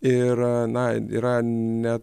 ir na yra ne